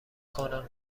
کنم